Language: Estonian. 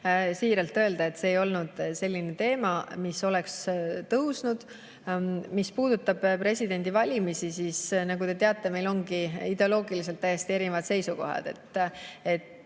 siiralt öelda, et see ei olnud selline teema, mis oleks tõusnud. Mis puudutab presidendi valimist, siis nagu te teate, meil ongi ideoloogiliselt täiesti erinevad seisukohad.